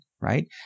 right